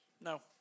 No